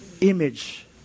image